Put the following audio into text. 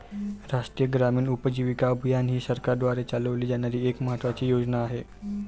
राष्ट्रीय ग्रामीण उपजीविका अभियान ही सरकारद्वारे चालवली जाणारी एक महत्त्वाची योजना आहे